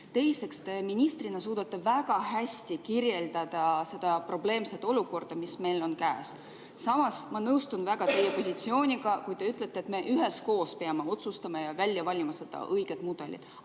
Teiseks, te ministrina suudate väga hästi kirjeldada seda probleemset olukorda, mis meil praegu on. Samas ma nõustun väga teie positsiooniga, kui te ütlete, et me üheskoos peame otsustama ja välja valima selle õige mudeli.